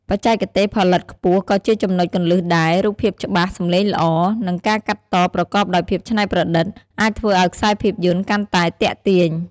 បច្ចេកទេសផលិតខ្ពស់ក៏ជាចំណុចគន្លឹះដែរ រូបភាពច្បាស់ សម្លេងល្អ និងការកាត់តប្រកបដោយភាពច្នៃប្រឌិត អាចធ្វើឱ្យខ្សែភាពយន្តកាន់តែទាក់ទាញ។